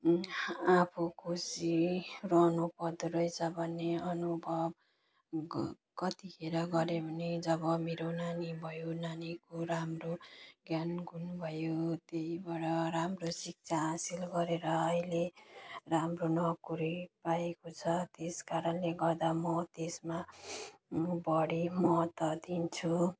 आफू खुसी रहनु पर्दोरहेछ भन्ने अनुभव ग कतिखेर गरेँ भने जब मेरो नानी भयो नानीको राम्रो ज्ञान गुण भयो त्यहीँबाट राम्रो शिक्षा हासिल गरेर अहिले राम्रो नोकरी पाएको छ त्यस कारणले गर्दा म त्यसमा बढी महत्त्व दिन्छु